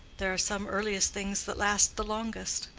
there are some earliest things that last the longest.